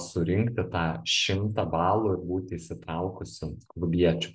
surinkti tą šimtą balų ir būti įsitraukusiu klubiečiu